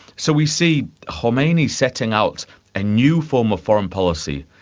so we see khomeini setting out a new form of foreign policy,